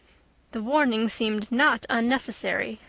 the warning seemed not unnecessary,